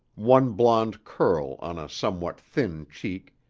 one blonde curl on a somewhat thin cheek,